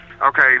Okay